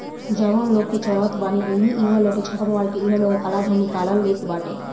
जवन लोग कर चोरावत बाने उनकी इहवा छापा मार के इ लोग काला धन के निकाल लेत बाटे